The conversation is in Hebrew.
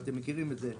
אתם מכירים את זה,